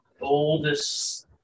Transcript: oldest